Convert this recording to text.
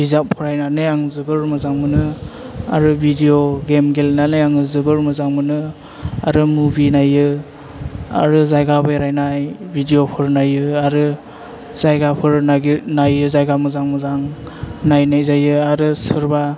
बिजाब फरायनानै आं जोबोर मोजां मोनो आरो भिदिअ गेम गेलेनानै आङो जोबोर मोजां मोनो आरो मुभि नायो आरो जायगा बेरायनाय भिदिअफोर नायो आरो जायगाफोर नायो जायगा मोजां मोजां नायनाय जायो आरो सोरबा